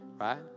right